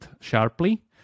sharply